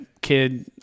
kid